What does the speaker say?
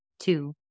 two